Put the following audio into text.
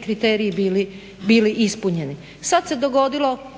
kriteriji bili ispunjeni. Sad se dogodilo,